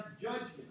judgment